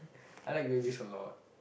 I like babies a lot